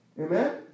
Amen